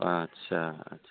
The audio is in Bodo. आदसा आदसा